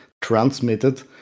transmitted